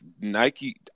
Nike